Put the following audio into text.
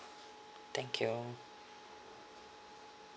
thank you